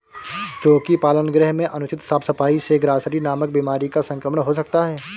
चोकी पालन गृह में अनुचित साफ सफाई से ग्रॉसरी नामक बीमारी का संक्रमण हो सकता है